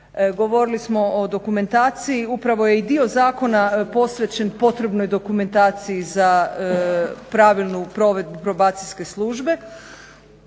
Govorili smo o dokumentaciji. Upravo je i dio zakona posvećen potrebnoj dokumentaciji za pravilnu provedbu probacijske službe.